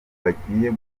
bagiye